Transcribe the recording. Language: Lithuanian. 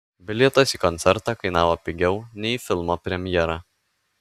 bilietas į koncertą kainavo pigiau nei į filmo premjerą